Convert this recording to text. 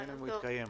מעניין אם הוא יתקיים.